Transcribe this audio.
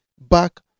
back